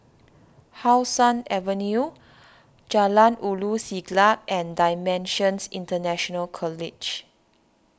How Sun Avenue Jalan Ulu Siglap and Dimensions International College